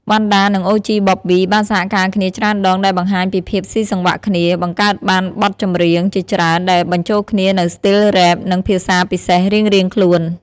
វណ្ណដា និង OG Bobby បានសហការគ្នាច្រើនដង ដែលបង្ហាញពីភាពស៊ីសង្វាក់គ្នា បង្កើតបានបទចម្រៀងជាច្រើនដែលបញ្ចូលគ្នានូវស្ទីលរ៉េប និងភាសាពិសេសរៀងៗខ្លួន។